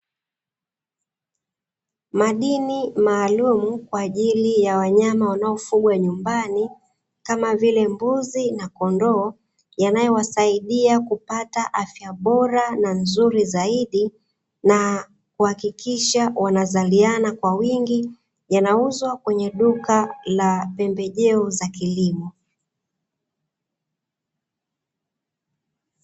Madini maalum kwa ajili ya wanyama wanaofungwa nyumbani kama vile Mbuzi na Kondoo yanayowasaidia kupata afya bora na nzuri zaidi na kuhakikisha wanazaliana kwa wingi, yanauzwa kwenye duka la pembejeo za kilimo.